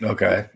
Okay